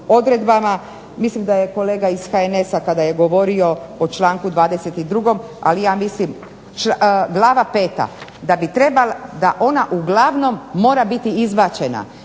Mislim da je kolega iz HNS-a kada je govorio o članku 22. ali ja mislim glava 5. da bi ona uglavnom mora biti izbačena.